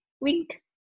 wink